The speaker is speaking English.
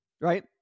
right